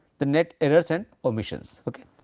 the net errors and omissions ok.